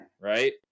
Right